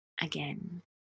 again